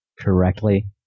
correctly